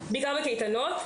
בעיקר בקייטנות.